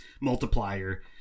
multiplier